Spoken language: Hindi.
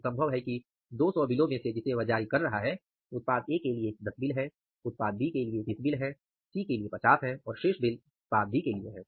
यह संभव है कि 200 बिलों में से जिसे वह जारी कर रहा है उत्पाद A के लिए 10 बिल हैं B के लिए २० हैं C के लिए 50 हैं और शेष बिल D के लिए हैं